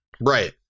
right